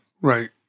Right